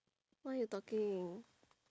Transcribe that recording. what you talking